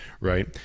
Right